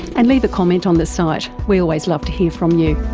and leave a comment on the site, we always love to hear from you.